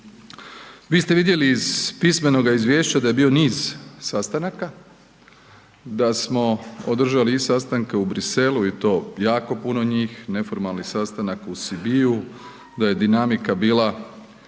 Vi ste vidjeli iz pismenoga izvješća da je bio niz sastanaka, da smo održali i sastanke u Bruxellesu i to jako puno njih, neformalni sastanak u Sibiu, da je dinamika bila